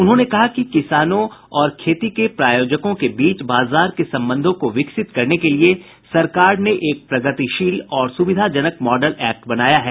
उन्होंने कहा कि किसानों और खेती के प्रायोजकों के बीच बाजार के संबंधों को विकसित करने के लिए सरकार ने एक प्रगतिशील और सुविधाजनक मॉडल एक्ट बनाया है